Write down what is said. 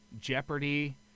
Jeopardy